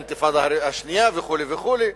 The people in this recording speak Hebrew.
האינתיפאדה השנייה וכו' וכו',